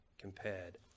compared